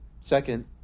Second